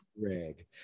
Greg